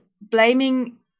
blaming